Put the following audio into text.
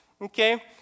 okay